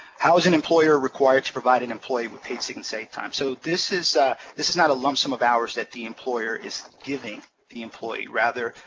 how is an employer required to provide an employee with paid sick and safe time? so this is this is not a lump sum of hours the employer is giving the employee. rather,